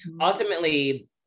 ultimately